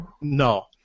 No